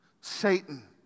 Satan